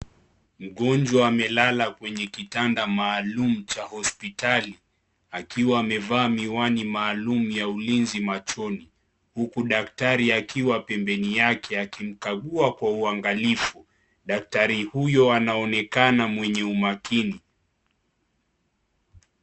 Mgonjwa amelala kwenye kitanda maalum cha hospitali, akiwa amevaa miwani maalum ya ulinzi machoni huku daktari akiwa pembeni yake akimkagua kwa uangalifu daktari huyo anaonekana mwenye makini.